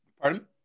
pardon